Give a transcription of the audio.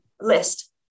list